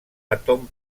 àtom